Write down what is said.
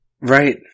Right